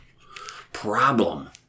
problem